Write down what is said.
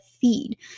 feed